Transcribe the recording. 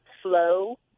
flow